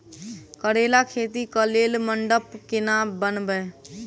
करेला खेती कऽ लेल मंडप केना बनैबे?